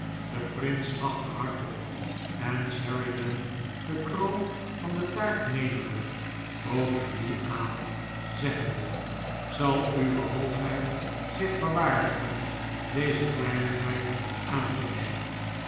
de prins lachte hartelijk en sheridan de kroon van de taart nemende bood hem die aan zeggende zal uwe hoogheid zich verwaardigen deze kleinigheid aan te nemen